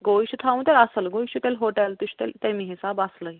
گوٚو یہ چھُ تھاوُن تیٚلہِ اصٕل گوٚو یہِ چھُ تیٚلہِ ہوٹل یہِ چھُ تیٚلہِ تٔمے حِساب اصلٕے